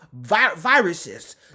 viruses